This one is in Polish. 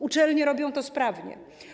Uczelnie robią to sprawnie.